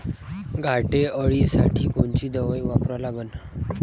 घाटे अळी साठी कोनची दवाई वापरा लागन?